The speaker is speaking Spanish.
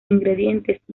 ingredientes